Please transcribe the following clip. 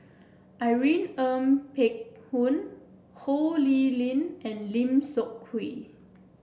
Irene Ng Phek Hoong Ho Lee Ling and Lim Seok Hui